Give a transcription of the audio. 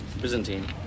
Byzantine